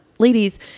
Ladies